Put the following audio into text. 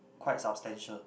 quite substantial